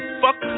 fuck